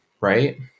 right